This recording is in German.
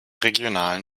regionalen